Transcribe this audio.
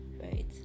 right